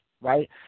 right